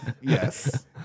Yes